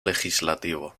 legislativo